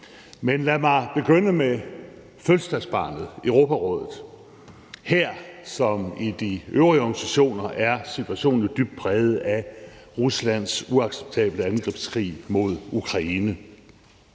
Med lad mige begynde med fødselsdagsbarnet, Europarådet. Her som i de øvrige organisationer er situationen jo dybt præget af Ruslands uacceptable angrebskrig mod Ukraine.